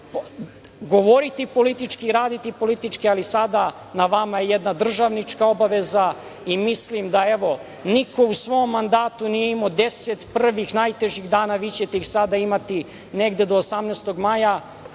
znači govoriti politički i raditi politički, ali sada na vama je jedna državnička obaveza i mislim da, evo, niko u svom mandatu nije imao deset prvih najtežih dana. Vi ćete ih sada imati negde do 18. maja.